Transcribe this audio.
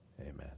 Amen